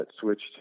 switched